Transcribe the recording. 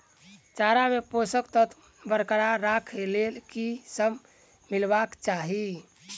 चारा मे पोसक तत्व बरकरार राखै लेल की सब मिलेबाक चाहि?